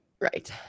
Right